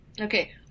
Okay